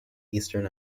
eastern